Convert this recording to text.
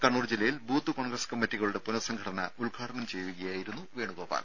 കണ്ണൂർ ജില്ലയിൽ ബൂത്ത് കോൺഗ്രസ് കമ്മിറ്റികളുടെ പുനസംഘടന ഉദ്ഘാടനം ചെയ്യുകയായിരുന്നു വേണുഗോപാൽ